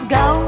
go